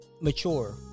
mature